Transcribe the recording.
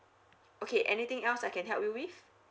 okay anything else I can help you with